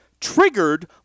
triggered